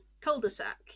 cul-de-sac